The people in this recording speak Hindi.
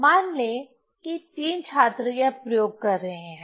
मान लें कि 3 छात्र यह प्रयोग कर रहे हैं